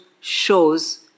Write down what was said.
shows